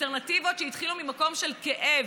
אלטרנטיבות שהתחילו ממקום של כאב,